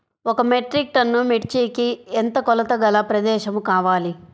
ఒక metric tonne మిర్చికి ఎంత కొలతగల ప్రదేశము కావాలీ?